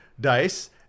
Dice